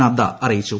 നദ്ദ അറിയിച്ചു